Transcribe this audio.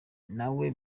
nawe